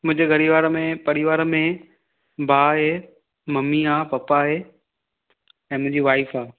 मुंहिंजे घरिवार में परिवार में भाउ आहे ममी आहे पपा आहे ऐं मुंहिंजी वाइफ आहे